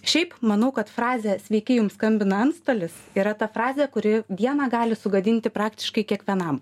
šiaip manau kad frazė sveiki jums skambina antstolis yra ta frazė kuri dieną gali sugadinti praktiškai kiekvienam